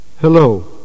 Hello